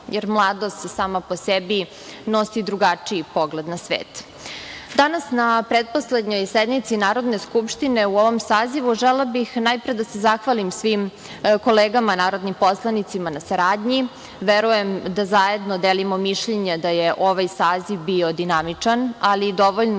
jer mladost sama po sebi nosi drugačiji pogled na svet. Danas na pretposlednjoj sednici Narodne skupštine u ovom sazivu želela bih najpre da se zahvalim svim kolegama narodnim poslanicima na saradnji. Verujem da zajedno delimo mišljenja da je ovaj saziv bio dinamičan, ali i dovoljno